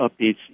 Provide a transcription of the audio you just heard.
updates